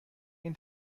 این